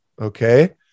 Okay